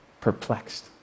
perplexed